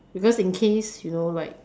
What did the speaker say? because in case you know like